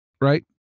right